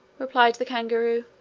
replied the kangaroo,